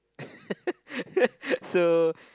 so